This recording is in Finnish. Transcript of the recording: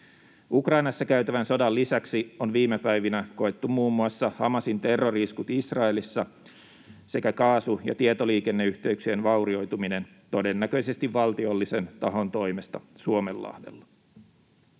Ukrainassa käytävän sodan lisäksi on viime päivinä koettu muun muassa Hamasin terrori-iskut Israelissa sekä kaasu- ja tietoliikenneyhteyksien vaurioituminen todennäköisesti valtiollisen tahon toimesta Suomenlahdella.